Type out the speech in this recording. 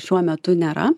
šiuo metu nėra